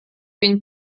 been